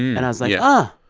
and i was like, huh,